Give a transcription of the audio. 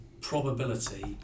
probability